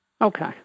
Okay